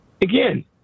Again